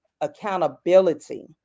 accountability